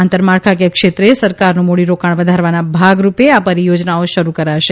આંતરમાળખાકીય ક્ષેત્રે સરકારનું મૂડીરોકાણ વધારવાના ભાગરૂપે આ પરિચોજનાઓ શરૂ કરાશે